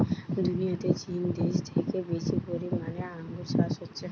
দুনিয়াতে চীন দেশে থেকে বেশি পরিমাণে আঙ্গুর চাষ হচ্ছে